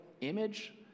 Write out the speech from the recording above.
image